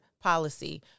policy